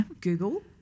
Google